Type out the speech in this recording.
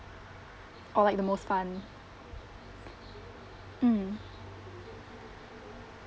or like the most fun mm